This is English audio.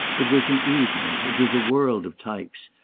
it was an evening, it was a world of types,